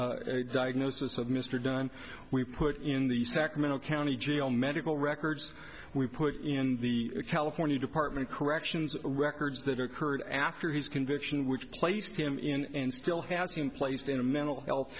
group diagnosis of mr dunn we put in the sacramento county jail medical records we put in the california department of corrections records that occurred after his conviction which placed him in and still has been placed in a mental health